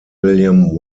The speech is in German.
william